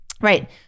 Right